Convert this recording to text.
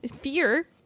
fear